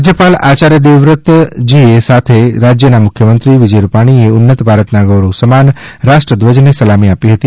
રાજ્યપાલશ્રી આચાર્ય દેવવ્રતજી સાથે રાજયના મુખ્યમંત્રીશ્રી વિજયભાઇ રૂપાણીએ ઉન્નત ભારતના ગૌરવ સમાન રાષ્ટ્રધ્વજને સલામી આપી હતી